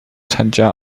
参加